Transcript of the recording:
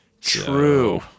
True